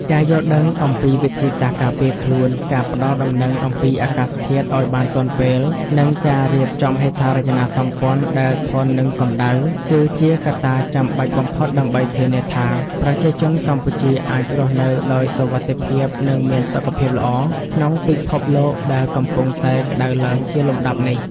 ការយល់ដឹងអំពីវិធីសាស្ត្រការពារខ្លួន ការផ្ដល់ដំណឹងអំពីអាកាសធាតុឱ្យបានទាន់ពេល និងការរៀបចំហេដ្ឋារចនាសម្ព័ន្ធដែលធន់នឹងកម្ដៅ គឺជាកត្តាចាំបាច់បំផុតដើម្បីធានាថា ប្រជាជនកម្ពុជាអាចរស់នៅដោយសុវត្ថិភាព និងមានសុខភាពល្អ ក្នុងពិភពលោកដែលកំពុងតែក្តៅឡើងជាលំដាប់នេះ។